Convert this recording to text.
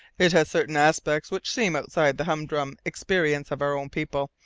it has certain aspects which seem outside the humdrum experience of our own people.